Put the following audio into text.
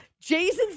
Jason